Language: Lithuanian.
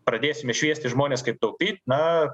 pradėsime šviesti žmones kaip taupyt na